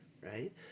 right